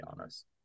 honest